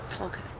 Okay